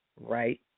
right